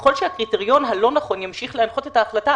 ככל שהקריטריון הלא נכון ימשיך להנחות את ההחלטה,